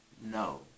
no